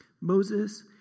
Moses